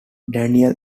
daniel